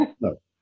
no